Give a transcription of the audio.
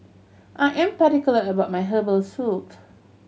I am particular about my herbal soup